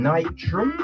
Nitro